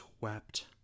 wept